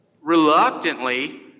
reluctantly